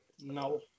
No